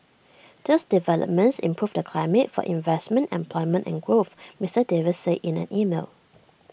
those developments improve the climate for investment employment and growth Mister Davis said in an email